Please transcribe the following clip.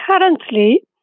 currently